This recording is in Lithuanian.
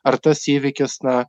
ar tas įvykis na